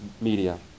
media